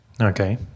Okay